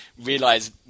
realize